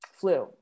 flu